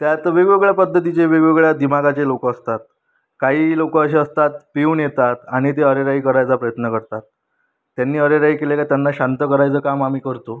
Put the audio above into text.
त्यात वेगवेगळ्या पद्धतीचे वेगवेगळ्या दिमागाचे लोकं असतात काही लोकं असे असतात पिऊन येतात आणि ते अरेरावी करायचा प्रयत्न करतात त्यांनी अरेरावी केली का त्यांना शांत करायचं काम आम्ही करतो